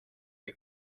que